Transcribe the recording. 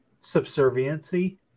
subserviency